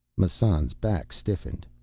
massan's back stiffened.